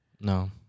No